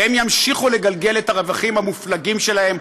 והן ימשיכו לגלגל את הרווחים המופלגים שלהן,